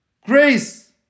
Grace